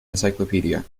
encyclopedia